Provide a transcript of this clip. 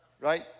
Right